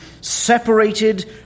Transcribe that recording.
separated